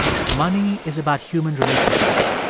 money is about human relationships.